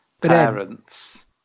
parents